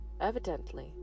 Evidently